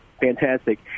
Fantastic